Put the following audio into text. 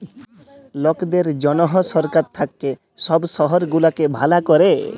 লকদের জনহ সরকার থাক্যে সব শহর গুলাকে ভালা ক্যরে